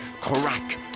Crack